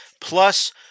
plus